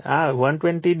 તેથી આ 120o અલગ છે